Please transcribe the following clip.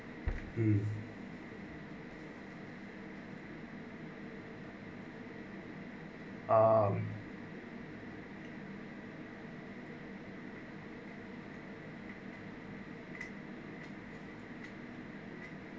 mm ah